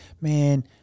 man